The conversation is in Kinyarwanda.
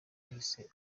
yahise